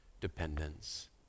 dependence